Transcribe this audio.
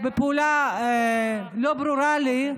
בפעולה לא ברורה לי,